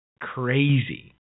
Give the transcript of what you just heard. crazy